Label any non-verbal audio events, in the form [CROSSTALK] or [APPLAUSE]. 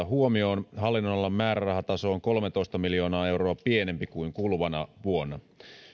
[UNINTELLIGIBLE] huomioon hallinnonalan määrärahataso on kolmetoista miljoonaa euroa pienempi kuin kuluvana vuonna